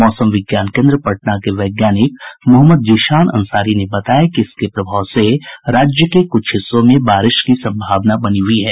मौसम विज्ञान केन्द्र पटना के वैज्ञानिक मोहम्मद जीशान अंसारी ने बताया कि इसके प्रभाव से राज्य के कुछ हिस्सों में बारिश की संभावना बना हुई है